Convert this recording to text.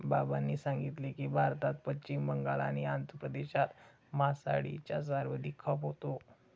बाबांनी सांगितले की, भारतात पश्चिम बंगाल आणि आंध्र प्रदेशात मासळीचा सर्वाधिक खप होतो